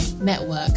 network